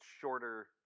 shorter